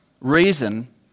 reason